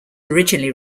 originally